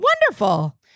Wonderful